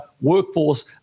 workforce